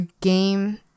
game